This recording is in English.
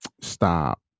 Stop